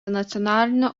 nacionalinio